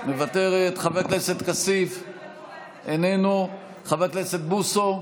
מוותרת, חבר הכנסת כסיף, איננו, חבר הכנסת בוסו,